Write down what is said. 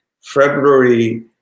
February